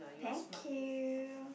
thank you